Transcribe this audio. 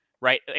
right